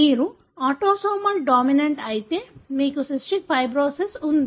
మీరు autosomal dominant అయితే మీకు సిస్టిక్ ఫైబ్రోసిస్ ఉంటుంది